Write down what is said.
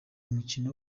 mukino